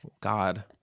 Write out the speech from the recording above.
God